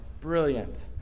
brilliant